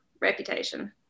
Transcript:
Reputation